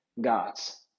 gods